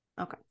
Okay